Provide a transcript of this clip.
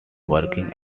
working